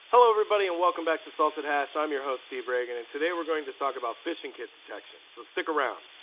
hello everybody and welcome back to salted hash. i'm your host steve reagan and today we're going to talk about fishing kit detection. so stick around.